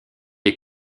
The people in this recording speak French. est